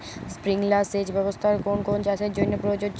Sprinkler সেচ ব্যবস্থার কোন কোন চাষের জন্য প্রযোজ্য?